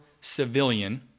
civilian